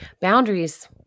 boundaries